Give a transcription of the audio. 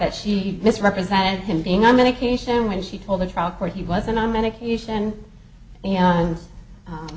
that she misrepresented him being on medication when she told the trial court he wasn't on medication and